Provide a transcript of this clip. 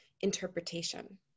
interpretation